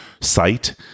site